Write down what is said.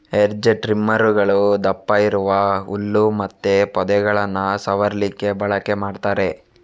hedge ಟ್ರಿಮ್ಮರುಗಳು ದಪ್ಪ ಇರುವ ಹುಲ್ಲು ಮತ್ತೆ ಪೊದೆಗಳನ್ನ ಸವರ್ಲಿಕ್ಕೆ ಬಳಕೆ ಮಾಡ್ತಾರೆ